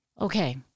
Okay